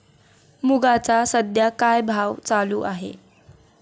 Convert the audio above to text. मुगाचा सध्या काय भाव चालू आहे?